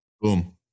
boom